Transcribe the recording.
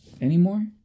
anymore